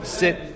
sit